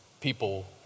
People